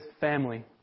family